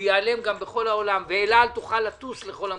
וגם בכל העולם, ואל על תוכל לטוס לכל המקומות.